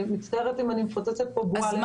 אני מצטערת אם אני מפוצצת פה בועה למישהו.